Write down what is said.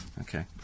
Okay